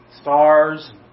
Stars